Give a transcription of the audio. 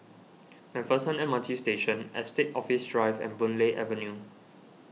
MacPherson M R T Station Estate Office Drive and Boon Lay Avenue